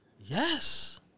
Yes